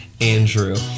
Andrew